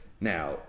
Now